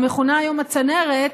המכונה היום הצנרת,